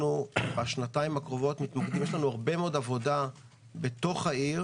שבשנתיים הקרובות יש לנו הרבה מאוד עבודה בתוך העיר